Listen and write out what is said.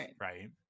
Right